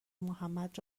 محمد